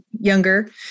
younger